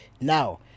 Now